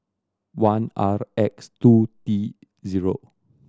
one R X two T zero